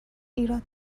ایراد